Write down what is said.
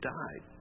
died